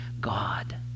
God